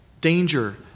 danger